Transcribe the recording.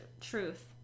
truth